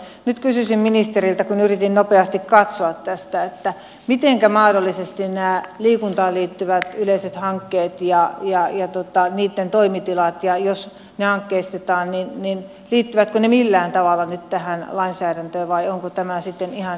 nyt kysyisin ministeriltä kun yritin nopeasti katsoa tästä että liittyvätkö nämä liikuntaan liittyvät yleiset hankkeet ja niitten toimitilat jos ne hankkeistetaan millään tavalla nyt tähän lainsäädäntöön vai onko tämä sitten ihan erillinen asia